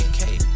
Okay